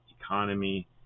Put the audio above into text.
economy